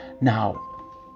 Now